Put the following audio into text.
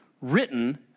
written